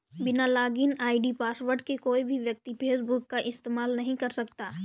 बिना login ID password के कोई भी व्यक्ति फेसबुक का इस्तेमाल नहीं कर सकता